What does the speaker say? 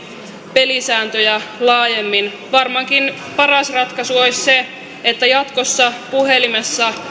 pelisääntöjä laajemmin varmaankin paras ratkaisu olisi se että jatkossa puhelimessa